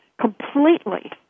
completely